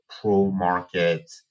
pro-market